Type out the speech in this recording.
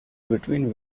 between